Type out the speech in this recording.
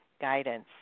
guidance